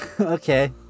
Okay